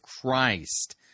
Christ